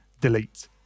delete